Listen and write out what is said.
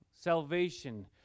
Salvation